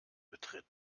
betritt